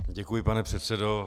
Děkuji, pane předsedo.